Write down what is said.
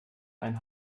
ein